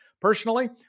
Personally